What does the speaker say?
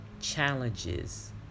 challenges